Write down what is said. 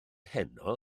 heno